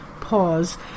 pause